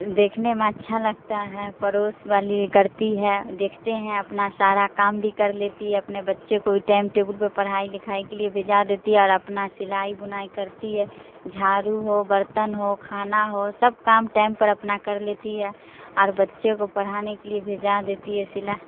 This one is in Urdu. دیکھنے میں اچھا لگتا ہے پڑوس والی کرتی ہے دیکھتے ہیں اپنا سارا کام بھی کر لیتی ہے اپنے بچے کو بھی ٹائم ٹیبل پہ پڑھائی لکھائی کے لیے بھیجا دیتی ہے اور اپنا سلائی بنائی کرتی ہے جھاڑو ہو برتن ہو کھانا ہو سب کام ٹائم پر اپنا کر لیتی ہے اور بچے کو پڑھانے کے لیے بھیجا دیتی ہے سلا